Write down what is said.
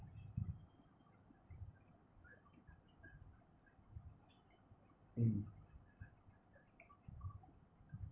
mmhmm